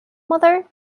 mother